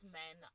men